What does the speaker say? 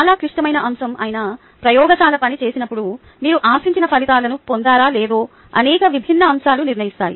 చాలా క్లిష్టమైన అంశం అయిన ప్రయోగశాల పని చేసినప్పుడు మీరు ఆశించిన ఫలితాలను పొందారో లేదో అనేక విభిన్న అంశాలు నిర్ణయిస్తాయి